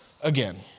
again